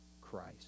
Christ